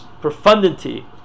profundity